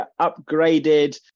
upgraded